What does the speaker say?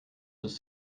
was